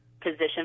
position